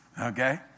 Okay